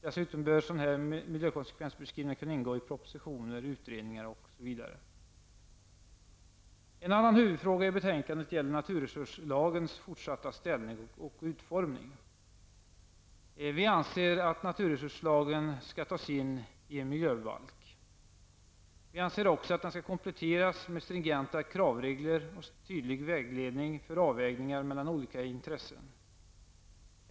Dessutom bör miljökonsekvensbeskrivningar kunna ingå i propositioner, utredningar osv. En annan huvudfråga i betänkandet gäller naturresurslagens fortsatta ställning och utformning. Vi anser att naturresurslagen skall tas in i en miljöbalk. Vi anser också att den skall kompletteras med stringenta kravregler och tydlig vägledning för avvägningar mellan olika intressen.